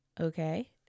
Okay